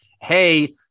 Hey